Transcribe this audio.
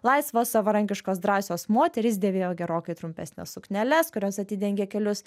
laisvos savarankiškos drąsios moterys dėvėjo gerokai trumpesnes sukneles kurios atidengė kelius